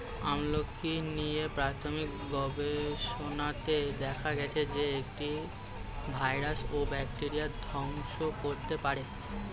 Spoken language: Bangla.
আমলকী নিয়ে প্রাথমিক গবেষণাতে দেখা গেছে যে, এটি ভাইরাস ও ব্যাকটেরিয়া ধ্বংস করতে পারে